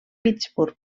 pittsburgh